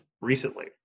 recently